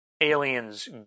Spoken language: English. aliens